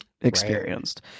experienced